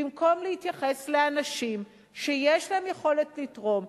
במקום להתייחס לאנשים שיש להם יכולת לתרום,